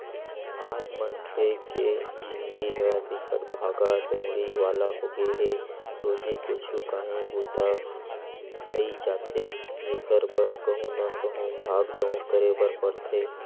आज मनखे के जिनगी ह बिकट भागा दउड़ी वाला होगे हे रोजे कुछु काही बूता अई जाथे जेखर बर कहूँ न कहूँ भाग दउड़ करे बर परथे